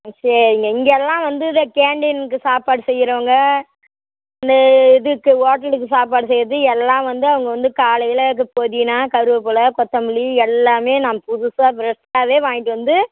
சரிங்க இங்கே எல்லாம் வந்து இந்த கேன்டீனுக்கு சாப்பாடு செய்கிறவங்க இந்த இதுக்கு ஹோட்டலுக்கு சாப்பாடு செய்கிறது எல்லாம் வந்து அவங்க வந்து காலையில் அதுக்கு புதினா கருவேப்பிலை கொத்தமல்லி எல்லாமே நான் புதுசாக ஃபிரெஷ்ஷாகவே வாங்கிகிட்டு வந்து